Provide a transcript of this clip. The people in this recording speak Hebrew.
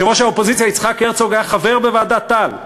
יושב-ראש האופוזיציה יצחק הרצוג היה חבר בוועדת טל,